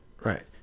Right